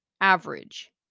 average